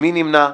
מי נמנע?